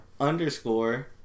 underscore